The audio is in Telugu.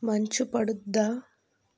మంచు పడుద్దా